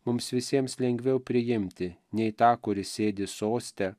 mums visiems lengviau priimti nei tą kuris sėdi soste